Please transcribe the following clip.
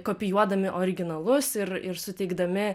kopijuodami originalus ir ir suteikdami